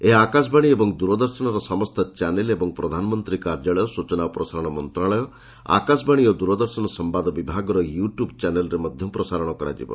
ଏହା ଆକାଶବାଣୀ ଓ ଦୂରଦର୍ଶନର ସମସ୍ତ ଚ୍ୟାନେଲ ଏବଂ ପ୍ରଧାନମନ୍ତ୍ରୀ କାର୍ଯ୍ୟାଳୟ ସୂଚନା ଓ ପ୍ରସାରଣ ମନ୍ତ୍ରଶାଳୟ ଆକାଶବାଣୀ ଓ ଦୂରଦର୍ଶନ ସମ୍ଭାଦ ବିଭାଗର ୟୁ ଟ୍ୟୁବ ଚ୍ୟାନେଲରେ ମଧ୍ୟ ପ୍ରସାରଣ କରାଯିବ